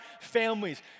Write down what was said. families